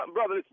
Brother